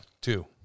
Two